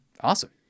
awesome